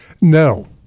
no